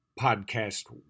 podcast